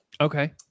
Okay